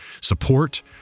support